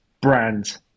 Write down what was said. brand